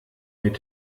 mit